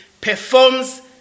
performs